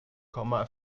komma